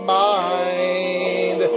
mind